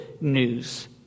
news